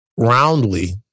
Roundly